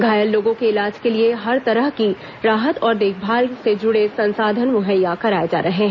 घायल लोगों के इलाज के लिए हर तरह की राहत और देखभाल से जुड़े संसाधन मुहैया कराए जा रहे हैं